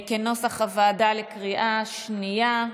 כנוסח הוועדה, בקריאה שנייה.